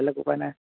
বেলেগ উপায় নাই